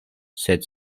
sed